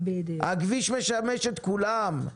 הכביש משמש את כולם.